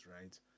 right